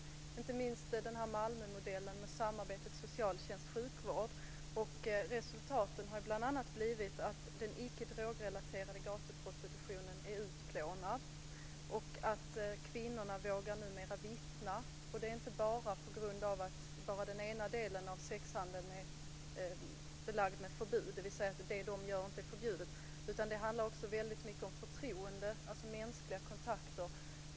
Det gäller inte minst den s.k. Malmömodellen där socialtjänsten och sjukvården samarbetar. Resultatet har bl.a. blivit att den ickedrogrelaterade gatuprostitutionen är utplånad, och kvinnorna vågar numera vittna. Det är inte bara på grund av att endast den ena delen av sexhandeln är belagd med förbud, dvs. att det kvinnorna gör inte är förbjudet, utan det handlar också väldigt mycket om förtroende, alltså om mänskliga kontakter.